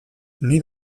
nik